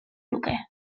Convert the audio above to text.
luke